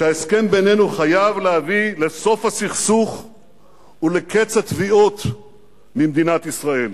שההסכם בינינו חייב להביא לסוף הסכסוך ולקץ התביעות ממדינת ישראל.